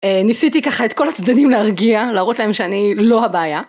ניסיתי ככה את כל הצדדים להרגיע, להראות להם שאני לא הבעיה.